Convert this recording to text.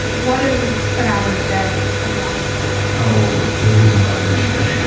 what is an average day at the office look like? oh, there is no average day,